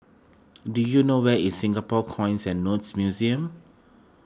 do you know where is Singapore Coins and Notes Museum